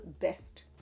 best